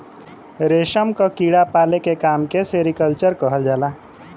रेशम क कीड़ा पाले के काम के सेरीकल्चर कहल जाला